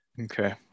Okay